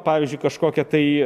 pavyzdžiui kažkokią tai